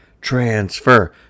transfer